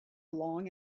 long